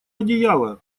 одеяло